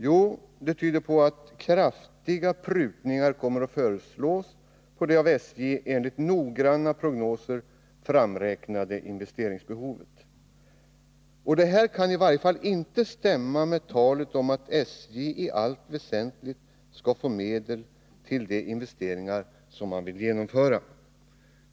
Jo, det tyder på att kraftiga prutningar kommer att föreslås av det av SJ enligt noggranna prognoser framräknade investeringsbehovet. Detta kan inte stämma med talet om att SJ i allt väsentligt skall få medel till de investeringar man vill genomföra.